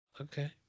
Okay